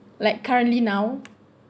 like currently now